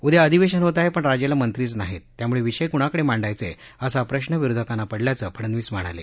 उद्या आधिवेशन होत आहे पण राज्याला मंत्रीच नाहीत त्यामुळे विषय कुणाकडे मांडायचे असा प्रश्न विरोधकांना पडल्याचं फडनवीस म्हणाले